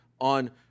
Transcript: on